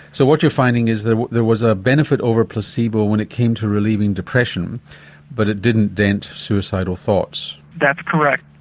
so what you're finding is there there was a benefit over placebo when it came to relieving depression but it didn't dent suicidal thoughts? that's correct.